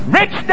rich